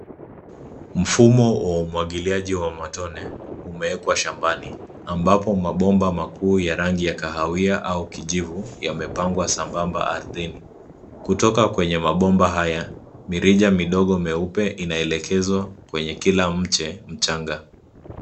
Mfumo wa umwagiliaji wa matone, umewekwa shambani, ambapo mabomba makuu ya rangi ya kahawia au kijivu yamepangwa sambamba ardhini. Kutoka kwenye mabomba haya, mirija midogo mieupe inaelekezwa kwenye kila mche mchanga.